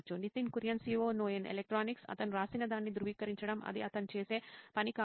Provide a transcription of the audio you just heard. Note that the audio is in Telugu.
నితిన్ కురియన్ COO నోయిన్ ఎలక్ట్రానిక్స్ అతను వ్రాసినదాన్ని ధృవీకరించడం అది అతను చేసే పని కావచ్చు